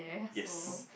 yes